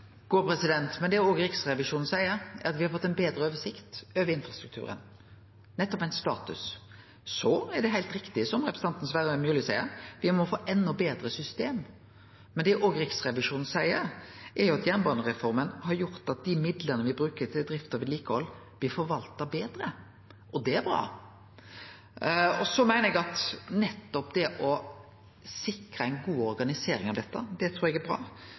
Det òg Riksrevisjonen seier, er at me har fått ei betre oversikt over infrastrukturen, nettopp ein status. Så er det heilt riktig som representanten Sverre Myrli seier, at me må få eit enda betre system, men det Riksrevisjonen òg seier, er at jernbanereforma har gjort at dei midlane me bruker til drift og vedlikehald, blir forvalta betre. Det er bra. Så meiner eg at nettopp det å sikre ei god organisering av dette er bra, men hovudproblemet er